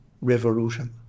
revolution